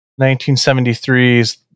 1973's